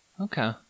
Okay